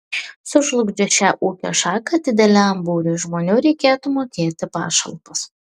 sužlugdžius šią ūkio šaką dideliam būriui žmonių reikėtų mokėti pašalpas